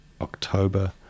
October